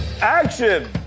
action